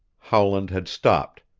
howland had stopped.